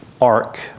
ark